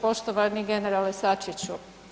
Poštovani generale SAčiću.